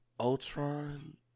Ultron